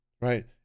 right